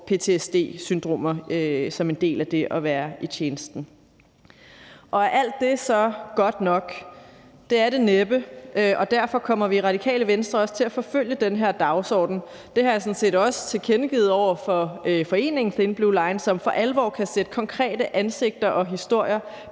får ptsd som en del af det at være i tjenesten. Og er alt det så godt nok? Det er det næppe. Og derfor kommer vi i Radikale Venstre også til at forfølge den her dagsorden. Det har jeg sådan set også tilkendegivet over for foreningen Thin Blue Line, som for alvor kan sætte konkrete ansigter og historier